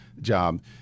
job